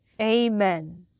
Amen